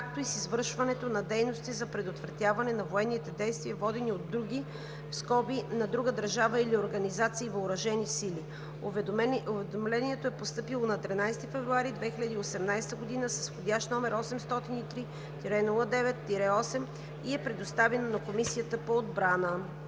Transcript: както и с извършването на дейности за предотвратяване на военните действия, водени от други (на друга държава или организации) въоръжени сили. Уведомлението е постъпило на 13 февруари 2018 г. с вх. № 803-09-8 и е предоставено на Комисията по отбрана.